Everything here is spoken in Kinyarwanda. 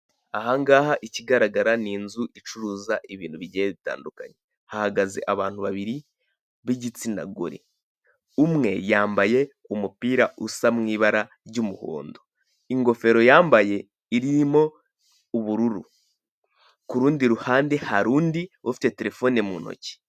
Aha ngaha ikigaragara ni inzu icuruza ibintu bigiye bitandukanye. Hahagaze abantu babiri b'igitsina gore; umwe yambaye umupira usa mu ibara ry'umuhondo, ingofero yambaye irimo ubururu, ku rundi ruhande hari undi ufite telephone mu ntoki.